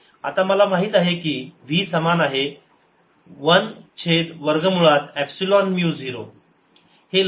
आता मला माहित आहे कीv समान आहे 1 छेद वर्गमूळात एपसिलोन म्यू 0